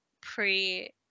pre